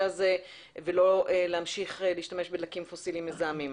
הזה ולא להמשיך ולהקים פוסילים מזהמים.